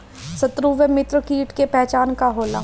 सत्रु व मित्र कीट के पहचान का होला?